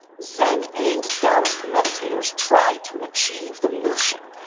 zen and daoist meditators try to achieve the mushin,